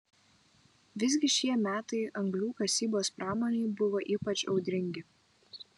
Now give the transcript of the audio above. visgi šie metai anglių kasybos pramonei buvo ypač audringi